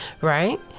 right